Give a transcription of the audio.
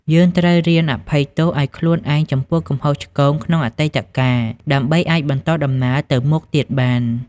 យើងត្រូវរៀនអភ័យទោសឱ្យខ្លួនឯងចំពោះកំហុសឆ្គងក្នុងអតីតកាល ដើម្បីអាចបន្តដំណើរទៅមុខទៀតបាន។